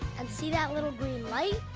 and see that little green light?